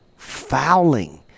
fouling